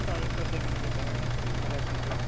चालेल करतो मी लगेच अॅडवान्स करतो तुम्हाला याच नंबरवर